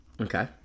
Okay